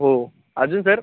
हो अजून सर